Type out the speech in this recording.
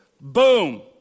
boom